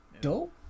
dope